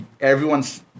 everyone's